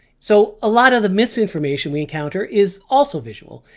so a lot of the misinformation we encounter is also visual.